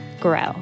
grow